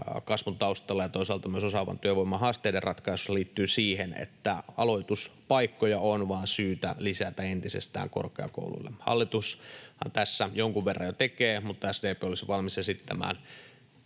kasvun taustalla ja toisaalta myös osaavan työvoiman haasteiden ratkaisussa liittyy siihen, että aloituspaikkoja on vaan syytä lisätä entisestään korkeakouluille. Hallitushan tässä jonkun verran jo tekee, mutta SDP olisi valmis esittämään